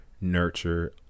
nurture